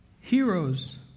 Heroes